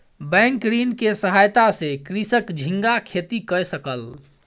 bank ऋण के सहायता सॅ कृषक झींगा खेती कय सकल